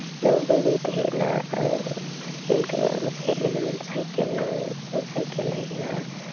ᱡᱮᱢᱚᱱ ᱵᱟᱹᱭ ᱵᱟᱹᱭ ᱛᱮ ᱦᱮᱡᱱᱟ ᱤᱱᱠᱟᱹ ᱜᱮ ᱵᱚᱞᱮ ᱦᱮᱡᱱᱟ ᱡᱮᱢᱚᱱ ᱥᱟᱭᱠᱮᱞ ᱥᱟᱭᱠᱮᱞ ᱦᱮᱡ ᱮᱱᱟ